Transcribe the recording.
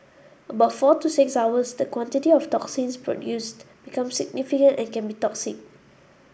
about four to six hours the quantity of toxins produced becomes significant and can be toxic